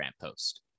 post